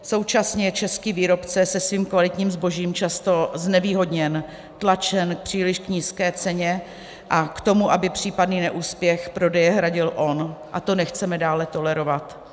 Současně český výrobce se svým kvalitním zbožím je často znevýhodněn, tlačen k příliš nízké ceně a k tomu, aby případný neúspěch prodeje hradil on, a to nechceme dále tolerovat.